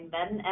Ben